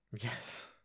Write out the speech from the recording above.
Yes